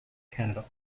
canada